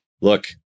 look